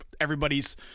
everybody's